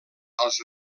als